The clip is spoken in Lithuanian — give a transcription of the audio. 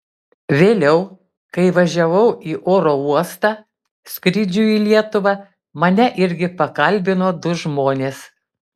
vėliau kai važiavau į oro uostą skrydžiui į lietuvą mane irgi pakalbino du žmonės